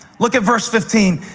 look at verse fifteen.